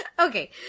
Okay